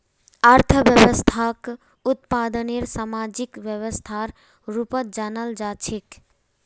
अर्थव्यवस्थाक उत्पादनेर सामाजिक व्यवस्थार रूपत जानाल जा छेक